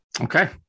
Okay